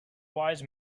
wise